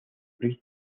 prix